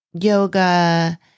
yoga